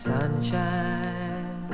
Sunshine